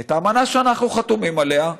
את האמנה שאנחנו חתומים עליה,